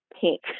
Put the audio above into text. pink